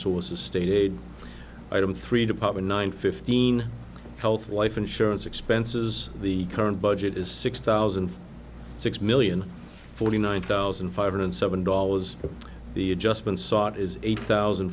source of state aid item three department nine fifteen health life insurance expenses the current budget is six thousand six million forty nine thousand five hundred seven dollars the adjustment sought is eight thousand